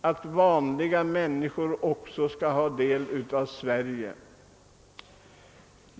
att också vanliga människor skall vara delaktiga av Sverige.